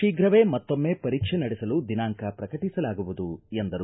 ಶೀಘವೇ ಮತ್ತೊಮ್ಮೆ ಪರೀಕ್ಷೆ ನಡೆಸಲು ದಿನಾಂಕ ಪ್ರಕಟಿಸಲಾಗುವುದು ಎಂದರು